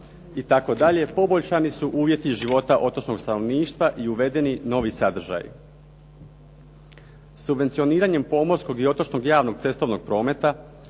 starije, poboljšani su uvjeti života otočnog stanovništva i uvedeni novi sadržaji. Subvencioniranjem pomorskog i otočnog javnog cestovnog prometa